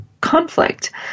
conflict